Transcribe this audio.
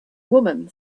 woman